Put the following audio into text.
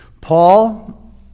paul